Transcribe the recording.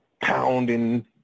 pounding